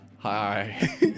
Hi